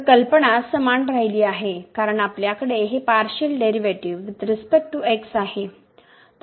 तर कल्पना समान राहिली आहे कारण आपल्याकडे हे partial derivative with respect to x आहे